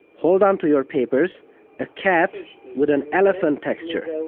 hold on to your papers a cat with an elephant texture.